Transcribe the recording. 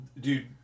dude